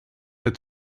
had